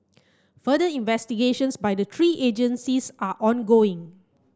further investigations by the three agencies are ongoing